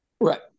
Right